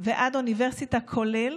ועד האוניברסיטה, כולל.